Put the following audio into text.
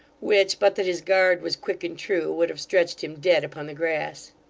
which, but that his guard was quick and true, would have stretched him dead upon the grass.